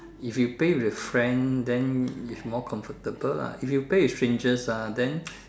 if you play with friend then it's more comfortable lah if you play with strangers ah then